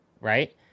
right